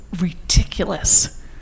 ridiculous